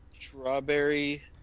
strawberry